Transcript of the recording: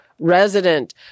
resident